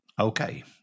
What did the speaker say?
Okay